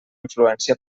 influència